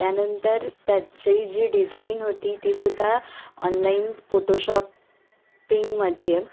त्यानंतर त्याची जी डिझाईन होती ती सुद्धा ऑनलाईन फोटो शॉ पिंगमध्ये